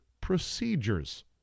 procedures